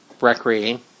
recreating